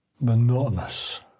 monotonous